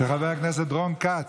של חבר הכנסת רון כץ,